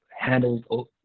handled